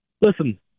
Listen